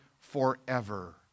forever